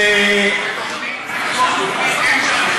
זאת תוכנית ביטוח לאומי,